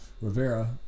Rivera